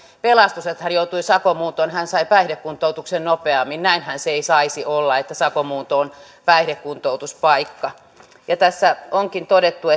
pelastus että hän joutui sakonmuuntoon hän sai päihdekuntoutuksen nopeammin näinhän se ei saisi olla että sakonmuunto on päihdekuntoutuspaikka tässä lakivaliokunnan lausunnossa onkin todettu